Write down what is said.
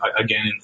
again